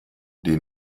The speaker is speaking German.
die